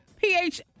Ph